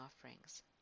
offerings